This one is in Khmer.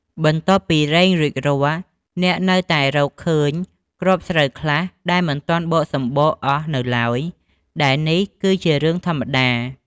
បន្ទាប់ពីរែងរួចរាល់ អ្នកនៅតែរកឃើញគ្រាប់ស្រូវខ្លះដែលមិនទាន់បកសម្បកអស់នៅឡើយ ដែលនេះគឺជារឿងធម្មតា។